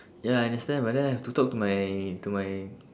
ya I understand but then I have to talk to my to my